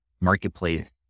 marketplace